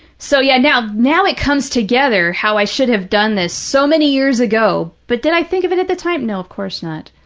so, yeah, now now it comes together how i should have done this so many years ago, but did i think of it at the time? no, of course not.